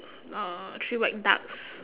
uh three white ducks